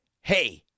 Hey